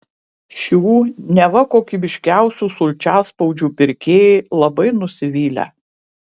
šių neva kokybiškiausių sulčiaspaudžių pirkėjai labai nusivylę